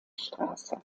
straße